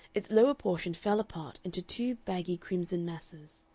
its lower portion fell apart into two baggy crimson masses.